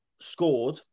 scored